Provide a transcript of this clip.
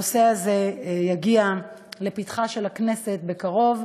הנושא הזה יגיע לפתחה של הכנסת בקרוב,